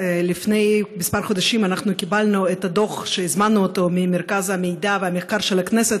לפני כמה חודשים קיבלנו את הדוח שהזמנו ממרכז המידע והמחקר של הכנסת,